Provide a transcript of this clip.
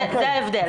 זה ההבדל,